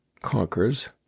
conquers